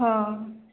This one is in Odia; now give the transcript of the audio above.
ହଁ